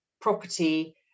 property